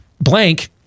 blank